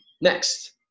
Next